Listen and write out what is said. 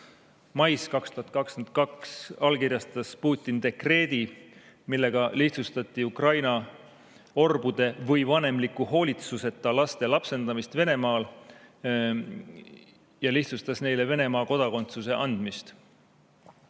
Mais 2022 allkirjastas Putin dekreedi, millega lihtsustati Ukraina orbude või vanemliku hoolitsuseta laste lapsendamist Venemaal. See lihtsustas neile ka Venemaa kodakondsuse andmist.